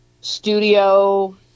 studio